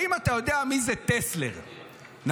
האם אתה יודע מי זה טסלר, נניח?